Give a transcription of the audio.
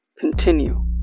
Continue